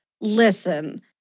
listen